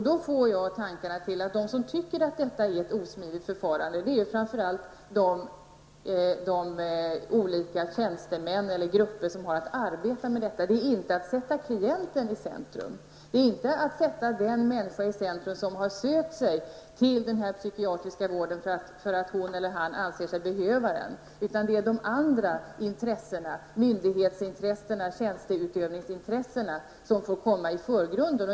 Då får jag i tankarna att de som tycker att detta är ett osmidigt förfarande framför allt är de olika grupper som har att arbeta med detta, det är inte att sätta klienten i centrum. Det är inte att sätta den människa i centrum som har sökt sig till den psykiatriska vården för att hon eller han anser sig behöva den, utan det är de andra intressena, myndighetsintressena och tjänsteutövningsintressena, som får komma i förgrunden.